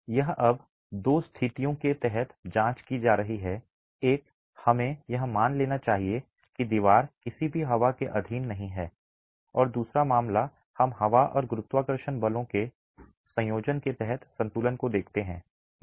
यह अब दो स्थितियों के तहत जांच की जा रही है एक हमें यह मान लेना चाहिए कि दीवार किसी भी हवा के अधीन नहीं है और दूसरा मामला हम हवा और गुरुत्वाकर्षण दोनों बलों के संयोजन के तहत संतुलन को देखते हैं